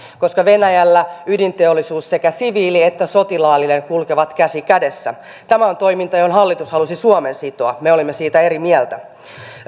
koska venäjällä ydinteollisuus sekä siviili että sotilaallinen kulkevat käsi kädessä tämä on toiminta johon hallitus halusi suomen sitoa me olemme siitä eri mieltä